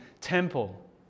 temple